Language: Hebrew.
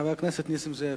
חבר הכנסת נסים זאב.